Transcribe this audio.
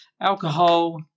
Alcohol